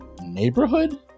Neighborhood